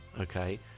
okay